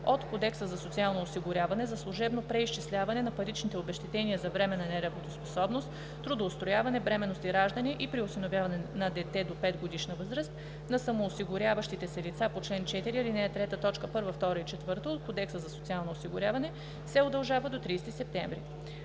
от Кодекса за социално осигуряване за служебно преизчисляване на паричните обезщетения за временна неработоспособност, трудоустрояване, бременност и раждане и при осиновяване на дете до 5-годишна възраст на самоосигуряващите се лица по чл. 4, ал. 3, т. 1, 2 и 4 от Кодекса за социално осигуряване се удължава до 30 септември.“